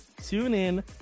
TuneIn